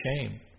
shame